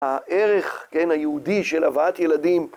הערך היהודי של הבאת ילדים